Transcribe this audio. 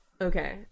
Okay